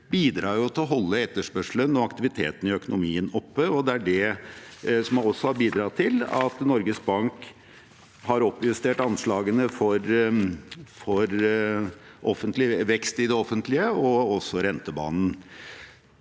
bidrar jo til å holde etterspørselen og aktiviteten i økonomien oppe, og det har også bidratt til at Norges Bank har oppjustert anslagene for vekst i det offentlige og også rentebanen.